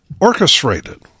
Orchestrated